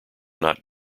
not